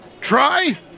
Try